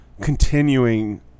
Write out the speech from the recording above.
continuing